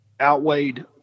outweighed